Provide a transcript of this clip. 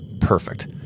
Perfect